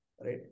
right